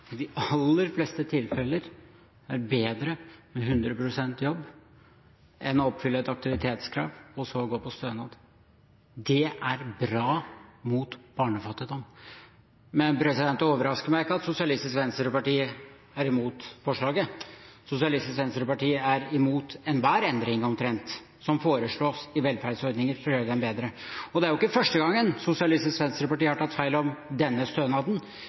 de aller fleste tilfeller er bedre med 100 pst. jobb enn å oppfylle et aktivitetskrav og så gå på stønad. Det er bra mot barnefattigdom. Men det overrasker meg ikke at Sosialistisk Venstreparti er imot forslaget. Sosialistisk Venstreparti er imot omtrent enhver endring som foreslås i velferdsordninger for å gjøre dem bedre. Og det er jo ikke første gangen Sosialistisk Venstreparti har tatt feil av denne stønaden.